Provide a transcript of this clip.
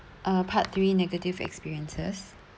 uh part three negative experiences